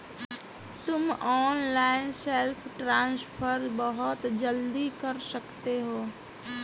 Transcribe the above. तुम online self transfer बहुत जल्दी कर सकते हो